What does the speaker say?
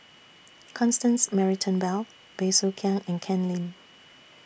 Constance Mary Turnbull Bey Soo Khiang and Ken Lim